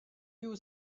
you